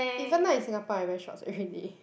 even now in Singapore I wear shorts already